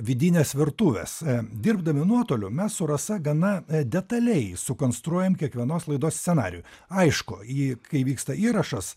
vidinės virtuvės dirbdami nuotoliu mes su rasa gana detaliai sukonstruojam kiekvienos laidos scenarijų aišku į kai vyksta įrašas